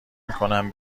میکنم